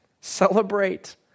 Celebrate